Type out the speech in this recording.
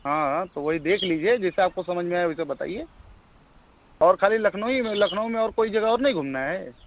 हाँ तो वही देख लीजिए जैसा आपको समझ में आए वैसा बताइए और खाली लखनऊ ही में लखनऊ में और कोई जगह और नहीं घूमना है